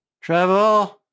Travel